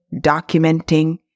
documenting